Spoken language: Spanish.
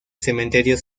cementerio